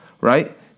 right